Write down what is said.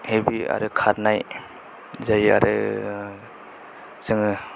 heavy आरो खारनाय जायो आरो जोङो